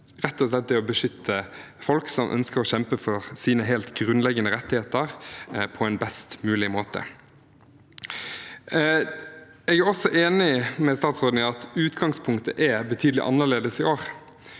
rett og slett det å beskytte folk som ønsker å kjempe for sine helt grunnleggende rettigheter, på en best mulig måte. Jeg er enig med statsråden i at utgangspunktet er betydelig annerledes i år.